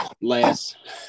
last